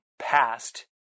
past